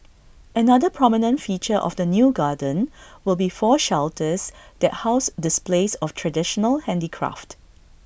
another prominent feature of the new garden will be four shelters that house displays of traditional handicraft